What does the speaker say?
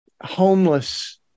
homeless